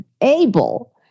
able